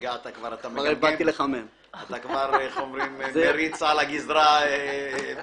אחד מהם זה אותו גיבוש אינדיקציה ראייתית